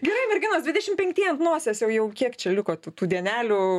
gerai merginos dvidešim penktieji ant nosies jau jau kiek čia liko tų tų dienelių